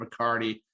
mccarty